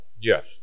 Yes